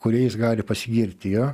kuriais gali pasigirti jo